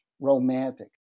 romantic